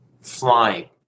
flying